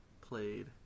played